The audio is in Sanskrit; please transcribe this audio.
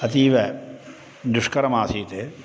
अतीव दुष्करमासीत्